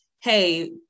hey